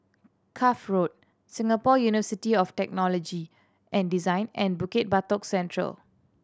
Cuff Road Singapore University of Technology and Design and Bukit Batok Central